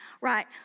Right